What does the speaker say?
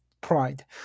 Pride